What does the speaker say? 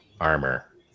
armor